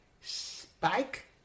Spike